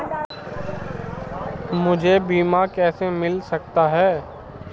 मुझे बीमा कैसे मिल सकता है?